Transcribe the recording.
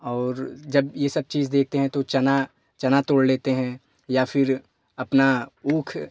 और जब यह सब चीज़ देखते हैं तो चना चना तोड़ लेते हैं या फ़िर अपना ऊख